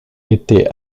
été